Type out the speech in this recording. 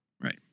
Right